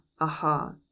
aha